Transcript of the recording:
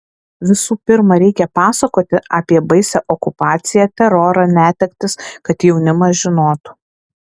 visų pirma reikia pasakoti apie baisią okupaciją terorą netektis kad jaunimas žinotų